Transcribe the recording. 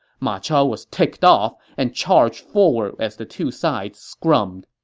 ma chao was ticked off and charged forward as the two sides scrummed